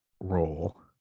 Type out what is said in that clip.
role